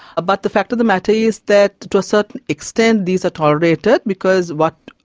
but the fact of the matter is that to a certain extent these are tolerated because what,